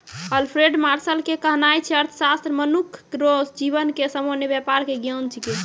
Alfred Marshall के कहनाय छै अर्थशास्त्र मनुख रो जीवन के सामान्य वेपार के ज्ञान छिकै